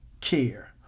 care